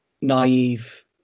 naive